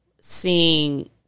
seeing